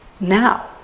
now